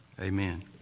Amen